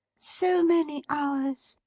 so many hours,